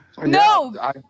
No